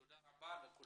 תודה רבה לכולם.